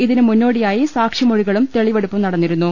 ഇതിന് മുന്നോടിയായി സാക്ഷി മൊഴികളും തെളിവെടുപ്പും നടന്നിരുന്നു